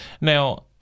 Now –